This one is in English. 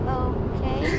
okay